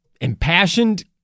impassioned